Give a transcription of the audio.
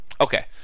okay